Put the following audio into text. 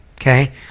okay